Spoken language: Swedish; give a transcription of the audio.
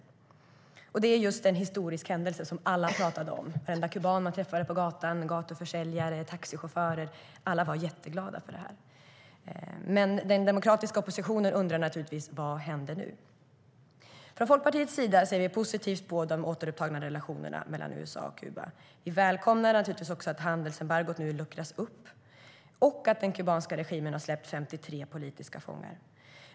Alla pratade om denna historiska händelse. Varenda kuban man träffade på gatan, gatuförsäljare, taxichaufförer - alla var jätteglada för detta. Den demokratiska oppositionen undrar naturligtvis vad som händer nu. Vi i Folkpartiet ser positivt på de återupptagna relationerna mellan USA och Kuba. Vi välkomnar att handelsembargot nu luckras upp och att den kubanska regimen har släppt 53 politiska fångar.